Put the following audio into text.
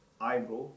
eyebrow